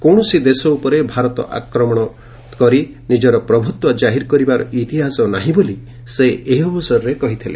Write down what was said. କୌଣସି ଦେଶ ଉପରେ ଭାରତ ଆକ୍ରମଣ କରି ନିଜର ପ୍ରଭୁତ୍ୱ ଜାହିର କରିବାର ଇତିହାସ ନାହିଁ ବୋଲି ସେ ଏହି ଅବସରରେ କହିଥିଲେ